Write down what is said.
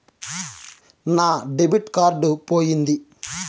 నా debit card పోయింది